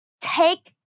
take